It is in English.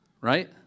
right